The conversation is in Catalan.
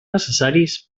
necessaris